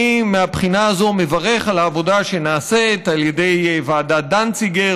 ומהבחינה הזאת אני מברך על העבודה שנעשית על ידי ועדת דנציגר